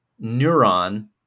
neuron